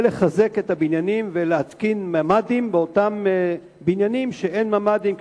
לחזק את הבניינים ולהתקין ממ"דים באותם בניינים שאין בהם ממ"דים,